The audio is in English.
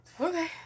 Okay